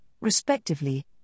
respectively